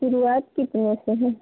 शुरूआत कितने से है